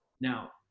now